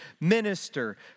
minister